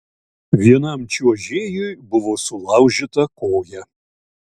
vienam čiuožėjui buvo sulaužyta koja